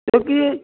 ਕਿਉਂਕਿ